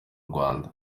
rwanda